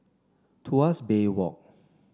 Tuas Bay Walk